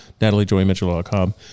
nataliejoymitchell.com